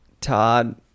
todd